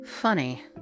funny